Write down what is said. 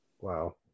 wow